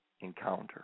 encounter